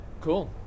cool